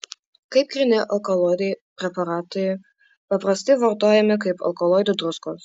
kaip gryni alkaloidai preparatai paprastai vartojami kaip alkaloidų druskos